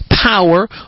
power